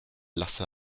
lasse